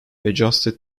adjusted